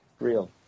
real